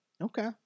Okay